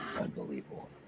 Unbelievable